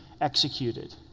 executed